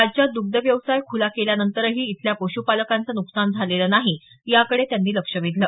राज्यात द्ग्धव्यवसाय खूला केल्यानंतरही इथल्या पश्पालकांचं नुकसान झालेलं नाही याकडे त्यांनी लक्ष वेधल